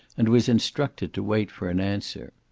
and was instructed to wait for an answer.